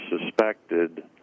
suspected